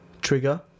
trigger